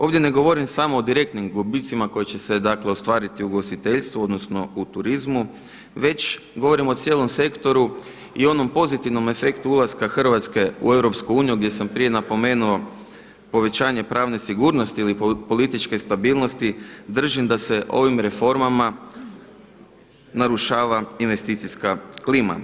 Ovdje ne govorim samo o direktnim gubicima koji će se, dakle ostvariti u ugostiteljstvu, odnosno u turizmu već govorim o cijelom sektoru i onom pozitivnom efektu ulaska Hrvatske u EU gdje sam prije napomenuo povećanje pravne sigurnosti ili političke stabilnosti, držim da se ovim reformama narušava investicijska klima.